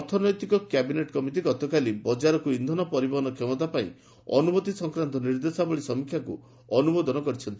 ଅର୍ଥନୈତିକ cabinet committee ଗତକାଲି ବଜାରକୁ ଇନ୍ଧନ ପରିବହନ କ୍ଷମତା ପାଇଁ ଅନୁମତି ସଂକ୍ରାନ୍ତ ନିର୍ଦ୍ଦେଶାବଳୀ ସମୀକ୍ଷାକୁ ଅନୁମୋଦନ କରିଛନ୍ତି